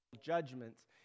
judgments